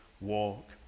walk